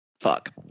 Fuck